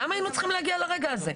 למה היינו צריכים להגיע לרגע הזה?